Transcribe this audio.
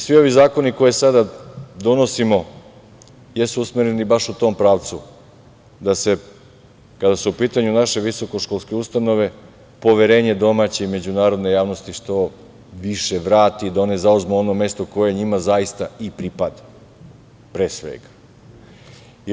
Svi ovi zakoni koje sada donosimo jesu usmereni baš u tom pravcu, da se, kada su u pitanju naše visokoškolske ustanove, poverenje domaće i međunarodne javnosti što više vrati i da one zauzmu ono mesto koje njima zaista i pripada, pre svega.